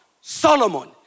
Solomon